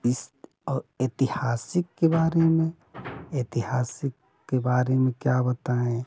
इस और ऐतिहासिक के बारे में ऐतिहासिक के बारे में क्या बताएँ